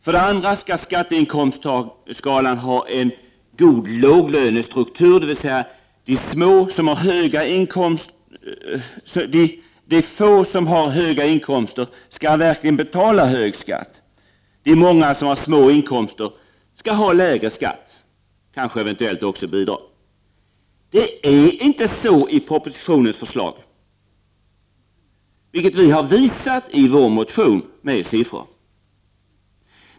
För det andra skall skatteskalan ha en god låglönestruktur, dvs. de få som har höga inkomster skall verkligen betala hög skatt och de många som har små inkomster skall ha lägre skatt, eventuellt också bidrag. Det är inte så i propositionens förslag, vilket vi har visat med siffror i vår motion.